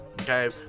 okay